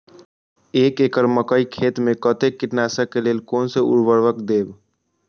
एक एकड़ मकई खेत में कते कीटनाशक के लेल कोन से उर्वरक देव?